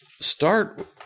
start